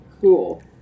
Cool